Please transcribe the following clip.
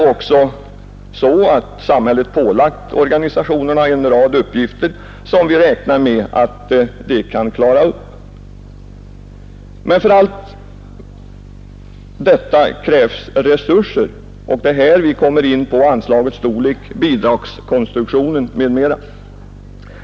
Slutligen har samhället pålagt organisationerna en rad uppgifter som vi räknar med att de kan klara. Men för allt detta krävs resurser, och det är i samband härmed vi kommer in på storleken av ifrågavarande anslag, bidragskonstruktionen m.m.